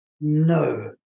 no